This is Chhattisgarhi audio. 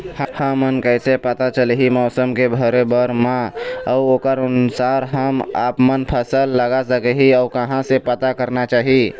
हमन कैसे पता चलही मौसम के भरे बर मा अउ ओकर अनुसार कैसे हम आपमन फसल लगा सकही अउ कहां से पता करना चाही?